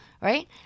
right